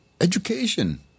Education